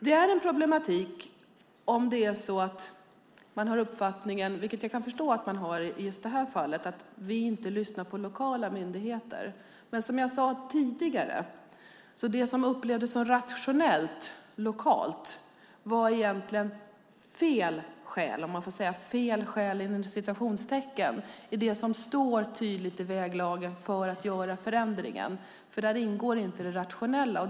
Det är en problematik om man har uppfattningen - och det kan jag förstå att man har i just detta fall - att vi inte lyssnar på lokala myndigheter. Som jag sade tidigare var dock det som lokalt sett upplevdes som rationellt "fel" skäl, om man får säga det inom citattecken, enligt det som tydligt står i väglagen när det gäller att göra förändringen. Där ingår nämligen inte det rationella.